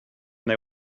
they